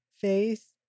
faith